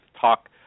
talk